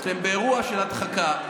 אתם באירוע של הדחקה,